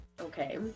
Okay